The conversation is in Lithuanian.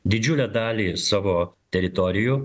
didžiulę dalį savo teritorijų